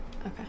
Okay